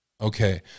Okay